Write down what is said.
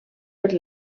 per